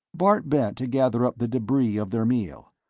bart bent to gather up the debris of their meal.